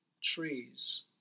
trees